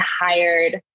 hired